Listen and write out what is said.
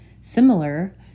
similar